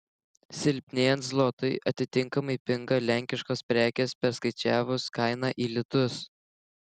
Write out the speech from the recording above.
silpnėjant zlotui atitinkamai pinga lenkiškos prekės perskaičiavus kainą į litus